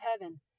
heaven